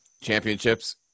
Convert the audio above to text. championships